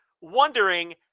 wondering